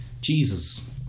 Jesus